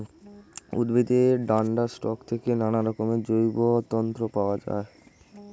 উদ্ভিদের ডান্ডার স্টক থেকে নানারকমের জৈব তন্তু পাওয়া যায়